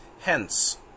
Hence